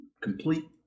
complete